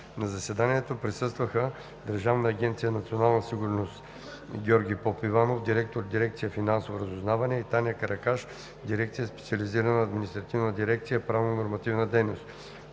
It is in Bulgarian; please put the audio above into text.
На заседанието присъстваха от Държавна агенция „Национална сигурност“ Георги Попиванов – директор на дирекция „Финансово разузнаване“, и Таня Каракаш – директор на Специализирана административна дирекция „Правно-нормативна дейност“;